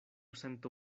sento